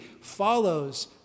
follows